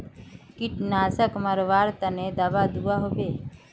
कीटनाशक मरवार तने दाबा दुआहोबे?